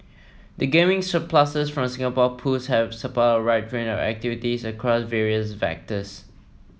the gaming surpluses from Singapore Pools have supported a wide range of activities across various sectors